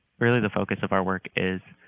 really, the focus of our work is,